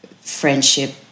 friendship